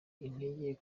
intege